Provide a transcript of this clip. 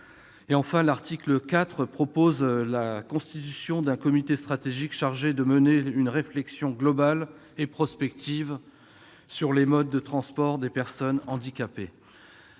Enfin, l'article 4 crée un comité stratégique chargé de mener une réflexion globale et prospective sur les modes de transport des personnes handicapées.